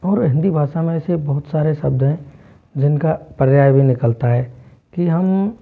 और हिंदी भाषा में ऐसे बहुत सारे शब्द है जिन का पर्याय भी निकलता है कि हम